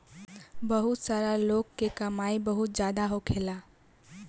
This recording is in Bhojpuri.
बहुते सारा लोग के कमाई बहुत जादा होखेला